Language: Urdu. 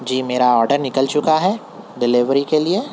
جی میرا آڈر نکل چکا ہے ڈیلیوری کے لیے